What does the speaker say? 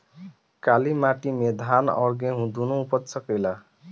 काली माटी मे धान और गेंहू दुनो उपज सकेला?